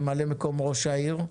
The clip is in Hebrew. ממלא מקום ראש העיר,